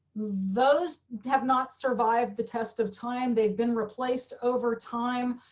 those have not survived the test of time they've been replaced. over time,